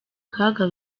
kaga